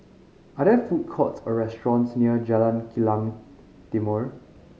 are there food courts or restaurants near Jalan Kilang Timor